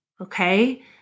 Okay